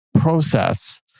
process